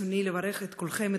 ברצוני לברך את כולכם,